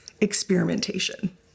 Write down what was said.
experimentation